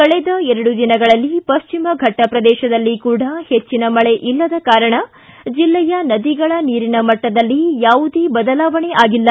ಕಳೆದ ಎರಡು ದಿನಗಳಲ್ಲಿ ಪಶ್ಚಿಮ ಫಟ್ಟ ಪ್ರದೇಶದಲ್ಲಿ ಕೂಡಾ ಇಲ್ಲದ ಕಾರಣ ಜಿಲ್ಲೆಯ ನದಿಗಳ ನೀರಿನ ಮಟ್ಟದಲ್ಲಿ ಯಾವುದೇ ಬದಲಾವಣೆ ಆಗಿಲ್ಲ